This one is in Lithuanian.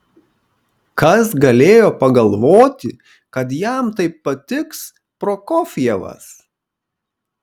kas galėjo pagalvoti kad jam taip patiks prokofjevas